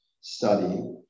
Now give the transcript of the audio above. study